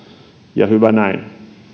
ja hyvä näin